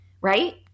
right